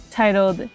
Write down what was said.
titled